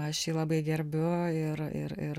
aš jį labai gerbiu ir ir ir